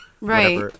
Right